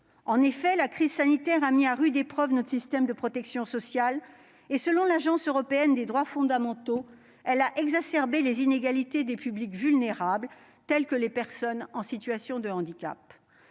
En effet, la crise sanitaire a mis à rude épreuve notre système de protection sociale. Selon l'Agence des droits fondamentaux de l'Union européenne, elle a exacerbé les inégalités des publics vulnérables, tels que les personnes en situation de handicap.